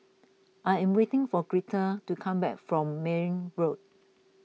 I am waiting for Greta to come back from Mayne Road